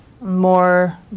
more